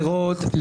אחרות,